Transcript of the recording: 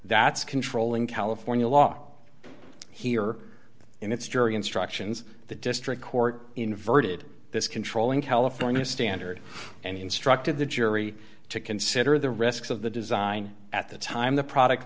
that's controlling california law here in its jury instructions the district court inverted this controlling california standard and instructed the jury to consider the risks of the design at the time the product